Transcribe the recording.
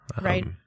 Right